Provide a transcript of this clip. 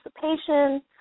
participation